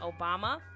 Obama